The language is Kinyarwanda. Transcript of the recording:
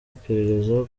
iperereza